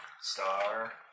Star